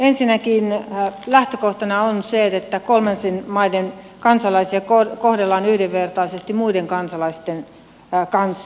ensinnäkin lähtökohtana on se että kolmansien maiden kansalaisia kohdellaan yhdenvertaisesti muiden kansalaisten kanssa